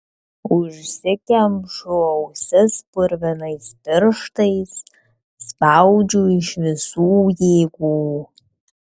užsikemšu ausis purvinais pirštais spaudžiu iš visų jėgų